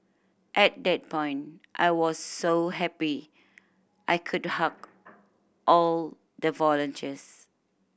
at that point I was so happy I could hug all the volunteers